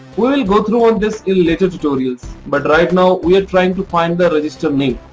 we will go through on this in later tutorials. but right now we are trying to find the register name.